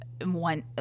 one